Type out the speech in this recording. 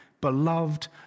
beloved